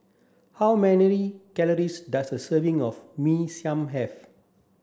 how many calories does a serving of Mee Siam have